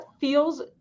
feels